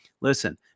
Listen